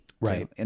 Right